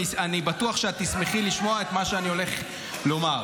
אני בטוח שתשמחי לשמוע את מה שאני הולך לומר.